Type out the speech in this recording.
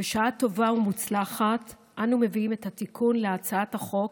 בשעה טובה ומוצלחת אנו מביאים את התיקון בהצעת החוק